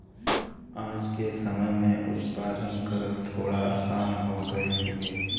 आज के समय में उत्पादन करल थोड़ा आसान हो गयल हउवे